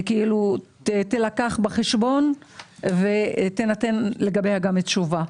תילקח בחשבון ותינתן לגביה תשובה.